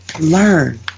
learn